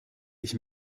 ich